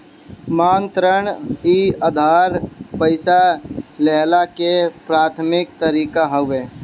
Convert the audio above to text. मांग ऋण इ उधार पईसा लेहला के प्राथमिक तरीका हवे